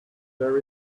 there